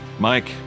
Mike